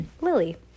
Lily